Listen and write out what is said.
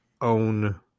own